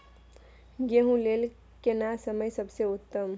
गेहूँ लेल केना समय सबसे उत्तम?